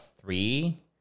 three